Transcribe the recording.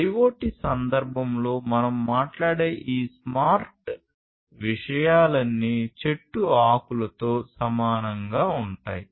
IoT సందర్భంలో మనం మాట్లాడే ఈ స్మార్ట్ విషయాలన్నీ చెట్టు ఆకులతో సమానంగా ఉంటాయి